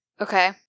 Okay